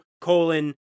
colon